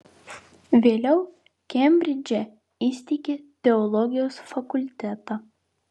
vėliau kembridže įsteigė teologijos fakultetą